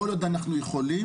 כל עוד אנחנו יכולים,